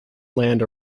land